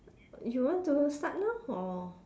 you want to start now or